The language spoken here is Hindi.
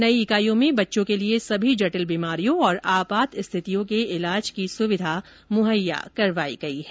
नई इकाइयों में बच्चों के लिए सभी जटिल बीमारियों और आपात स्थितियों के इलाज की सुविधा मुहैया करवाई गई है